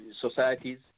societies